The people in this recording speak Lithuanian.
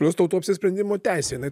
plius tautų apsisprendimo teisė jinai